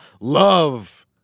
love